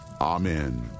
Amen